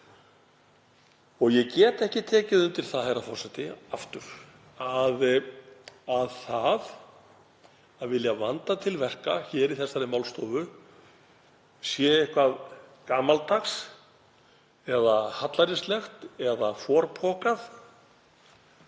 Ég get ekki tekið undir það, herra forseti, að það að vilja vanda til verka í þessari málstofu sé eitthvað gamaldags, hallærislegt eða forpokað.